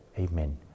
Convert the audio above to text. Amen